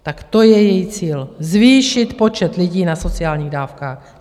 Tak to je její cíl zvýšit počet lidí na sociálních dávkách.